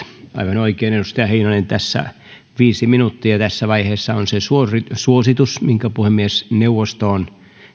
aivan oikein edustaja heinonen viisi minuuttia tässä vaiheessa on se suositus minkä puhemiesneuvosto on